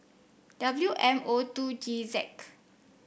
W M O two G Z